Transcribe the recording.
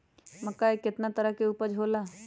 मक्का के कितना तरह के उपज हो ला?